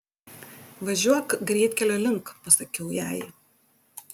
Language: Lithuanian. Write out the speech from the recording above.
važiuok greitkelio link pasakiau jai